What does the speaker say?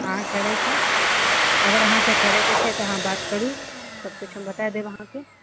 हँ करैत छै अगर अहाँकेँ करय के छै तऽ अहाँ बात करू सभकिछु हम बताए देब अहाँकेँ